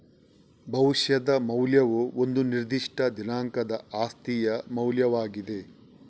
ಭವಿಷ್ಯದ ಮೌಲ್ಯವು ಒಂದು ನಿರ್ದಿಷ್ಟ ದಿನಾಂಕದ ಆಸ್ತಿಯ ಮೌಲ್ಯವಾಗಿದೆ